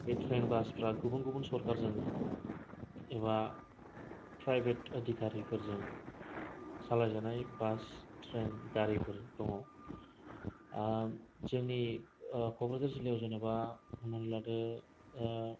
बे ट्रेन बासफ्रा गुबुन गुबुन सरकारजों एबा फ्रायबेत अदिखारिफोरजों सालाय जानाय बास ट्रेन गारि फोर दङ जोंनि क'क्राझार जिल्लायाव जेन'बा हमनानै लादो